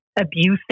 abusive